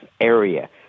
area